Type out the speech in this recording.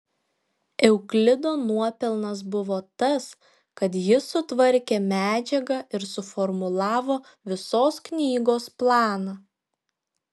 euklido nuopelnas buvo tas kad jis sutvarkė medžiagą ir suformulavo visos knygos planą